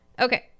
Okay